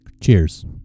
Cheers